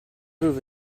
prove